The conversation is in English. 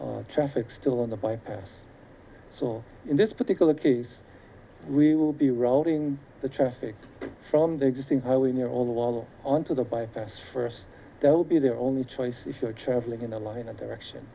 little traffic still on the bypass so in this particular case we will be routing the traffic from the existing highway near all the wall on to the bypass first that will be their only choice if you're traveling in a line in a direction